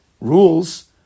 rules